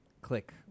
click